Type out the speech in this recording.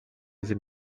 sind